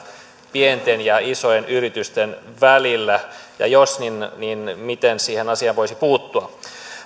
pienten ja isojen yritysten välillä ja jos niin miten siihen asiaan voisi puuttua